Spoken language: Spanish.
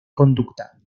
conducta